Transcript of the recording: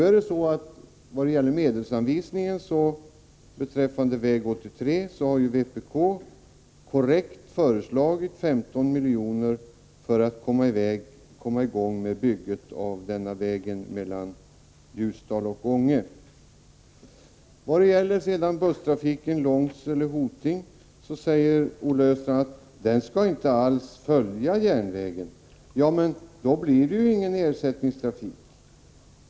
Beträffande medelsanvisningen för väg 83 mellan Ljusdal och Ånge har vpk korrekt föreslagit att 15 miljoner anvisas för att byggandet av vägen skall kunna sättas i gång. Olle Östrand säger att busstrafiken Långsele-Hoting inte alls skall följa järnvägslinjen. Men då blir det ju ingen ersättningstrafik.